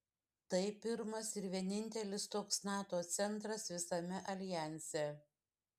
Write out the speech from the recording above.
tai pirmas ir vienintelis toks nato centras visame aljanse